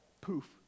poof